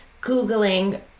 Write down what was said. Googling